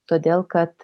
todėl kad